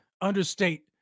understate